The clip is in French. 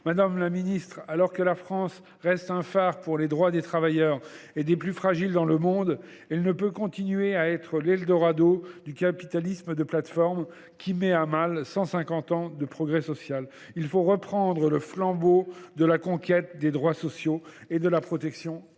Madame la ministre, alors que la France reste un phare pour les droits des travailleurs et des plus fragiles dans le monde, elle ne peut continuer à être l’Eldorado du capitalisme de plateforme, qui met à mal cent cinquante ans de progrès social. Il faut reprendre le flambeau de la conquête des droits sociaux et de la protection des